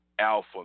alpha